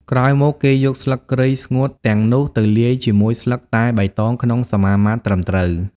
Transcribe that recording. ក្រោយមកគេយកស្លឹកគ្រៃស្ងួតទាំងនោះទៅលាយជាមួយស្លឹកតែបៃតងក្នុងសមាមាត្រត្រឹមត្រូវ។